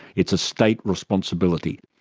it's a state responsibility.